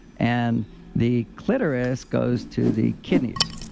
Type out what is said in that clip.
and the clitoris goes to the kidneys.